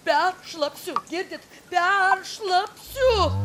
peršlapsiu girdite peršlapsiu